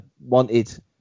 wanted